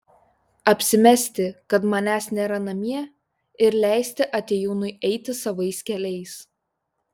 apsimesti kad manęs nėra namie ir leisti atėjūnui eiti savais keliais